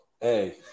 hey